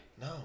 No